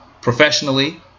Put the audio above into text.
professionally